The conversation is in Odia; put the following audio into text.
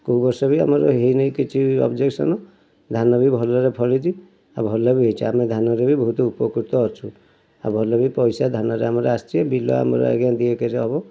କେଉଁ ବର୍ଷ ବି ଆମର ହେଇନେଇ କିଛି ଓବଜେକ୍ସନ୍ ଧାନ ବି ଭଲରେ ଫଳିଛି ଆଉ ଭଲ ବି ହୋଇଛି ଆମେ ଧାନରେ ବି ବହୁତ ଉପକୃତ ଅଛୁ ଆଉ ଭଲ ବି ପଇସା ଧାନରେ ଆମର ଆସିଛି ବିଲ ଆମର ଆଜ୍ଞା ଦୁଇ ଏକର ହେବ